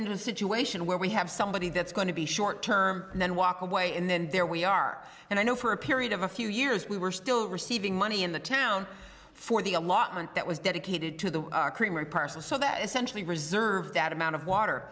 into a situation where we have somebody that's going to be short term and then walk away and there we are and i know for a period of a few years we were still receiving money in the town for the allotment that was dedicated to the creamery parcel so that essentially reserved that amount of water